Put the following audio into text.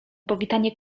powitanie